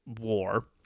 war